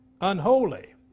unholy